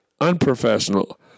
unprofessional